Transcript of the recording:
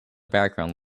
background